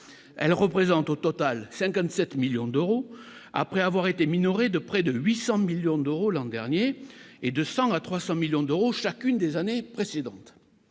elles représentent au total 57 millions d'euros après avoir été minoré de près de 800 millions de Roland Garnier et 200 à 300 millions d'euros chacune des années précédentes,